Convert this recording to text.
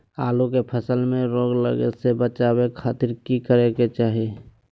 आलू के फसल में रोग लगे से बचावे खातिर की करे के चाही?